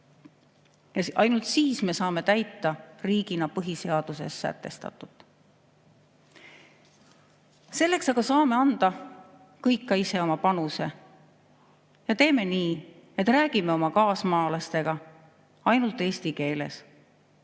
Ainult siis me saame riigina täita põhiseaduses sätestatut. Selleks aga saame kõik anda ka ise oma panuse. Teeme nii, et räägime oma kaasmaalastega ainult eesti keeles.